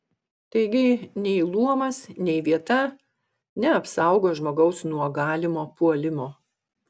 taigi nei luomas nei vieta neapsaugo žmogaus nuo galimo puolimo